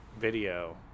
video